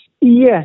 Yes